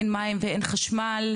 אין מים ואין חשמל,